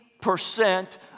percent